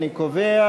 אני קובע